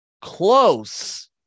Close